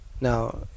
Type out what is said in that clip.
now